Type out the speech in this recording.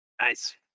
Nice